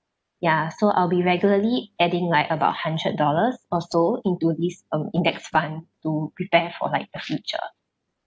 ya so I'll be regularly adding like about hundred dollars or so into this um index fund to prepare for like the future